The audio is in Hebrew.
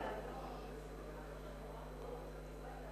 אדוני היושב-ראש,